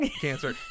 cancer